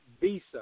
visa